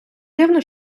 дивно